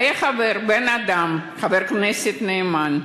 היה חבר, בן-אדם, חבר כנסת נאמן.